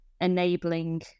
enabling